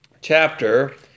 chapter